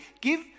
give